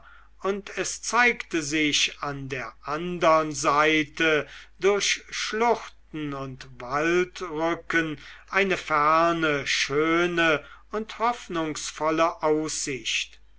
und es zeigte sich an der andern seite durch schluchten und waldrücken eine ferne schöne und hoffnungsvolle aussicht